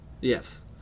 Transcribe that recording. Yes